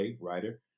writer